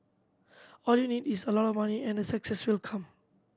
all you need is a lot of money and the success will come